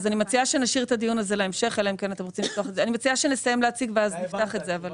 אני מציעה שנסיים להציג ואז נפתח את זה.